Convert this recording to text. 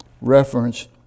reference